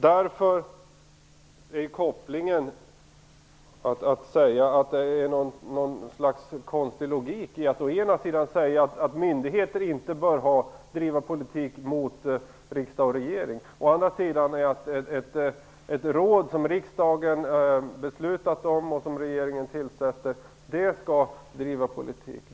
Därför tycker jag inte alls att det är något slags konstig logik att å ena sidan säga att myndigheter inte bör driva politik mot riksdag och regering och å andra sidan säga att ett råd som riksdagen beslutat om och regeringen tillsatt skall driva politik.